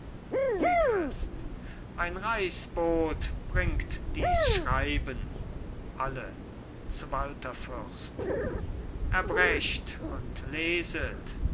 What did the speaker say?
ein reichsbot bringt dies schreiben alle zu walther fürst erbrecht und leset